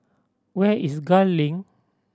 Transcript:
where is Gul Link